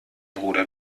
bruder